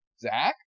Zach